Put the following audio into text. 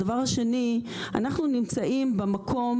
הדבר השני, אנחנו נמצאים במקום,